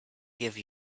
give